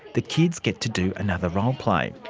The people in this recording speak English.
the kids get to do another roleplay.